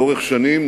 לאורך שנים,